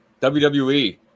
WWE